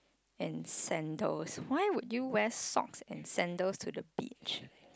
and sandals why would you wear socks and sandals to the beach